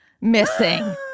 missing